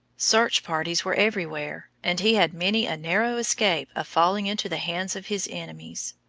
search-parties were everywhere, and he had many a narrow escape of falling into the hands of his enemies.